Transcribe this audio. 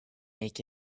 make